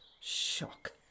Shock